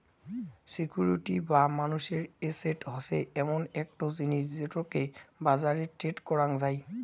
security বা মানুষের asset হসে এমন একটো জিনিস যেটোকে বাজারে ট্রেড করাং যাই